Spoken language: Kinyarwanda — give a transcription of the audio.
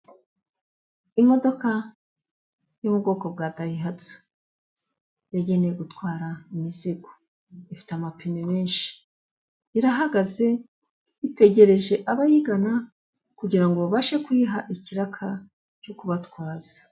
Imodoka yo mu bwoko bwa dayihatsu yagenewe gutwara imizigo, ifite amapine menshi. Irahagaze itegereje abayigana kugirango babashe kuyiha ikiraka cyo kubatwaza.